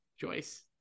Joyce